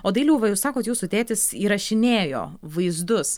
o dailiau va jūs sakot jūsų tėtis įrašinėjo vaizdus